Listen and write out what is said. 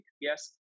Yes